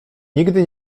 nigdy